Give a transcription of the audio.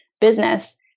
business